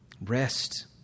Rest